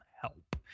help